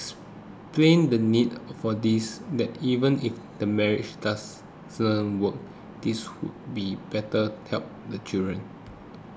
the need for this that even if the marriage doesn't work this could be better help the child